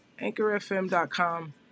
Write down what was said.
anchorfm.com